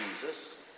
Jesus